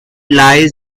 lies